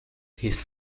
his